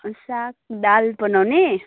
साग दाल बनाउने